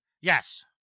Yes